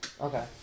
Okay